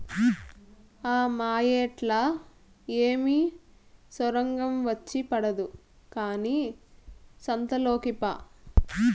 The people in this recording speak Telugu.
ఆ మాయేట్లా ఏమి సొరంగం వచ్చి పడదు కానీ సంతలోకి పా